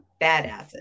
badasses